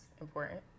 important